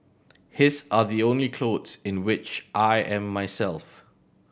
his are the only clothes in which I am myself